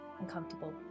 uncomfortable